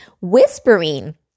whispering